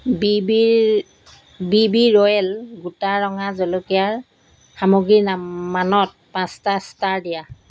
বিবিৰ B B royal গোটা ৰঙা জলকীয়াৰ সামগ্ৰী নাম মানত পাঁচটা ষ্টাৰ দিয়া